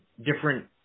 different